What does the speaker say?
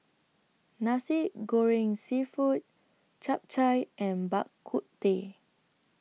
Nasi Goreng Seafood Chap Chai and Bak Kut Teh